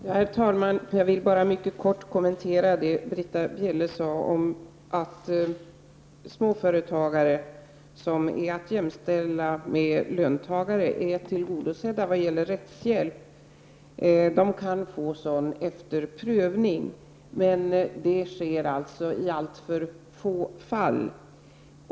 Herr talman! Jag vill bara mycket kort kommentera det Britta Bjelle sade om att småföretagare som är att jämställa med löntagare är tillgodosedda vad gäller rättshjälp. De kan få rättshjälp efter prövning, men det sker i alltför få fall.